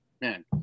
man